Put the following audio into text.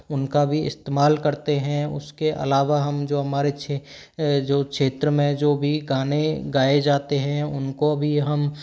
उनका भी इस्तमाल करते हैं उसके अलावा हम जो हमारे क्ष जो क्षेत्र में जो भी गाने गाए जाते हैं उनको भी हम